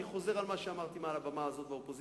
אני חוזר על מה שאמרתי מעל במה זו באופוזיציה,